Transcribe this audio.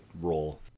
role